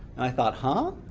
i thought, huh?